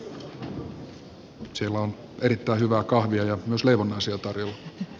siellä on erittäin hyvää kahvia ja myös leivonnaisia tarjolla